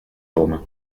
roma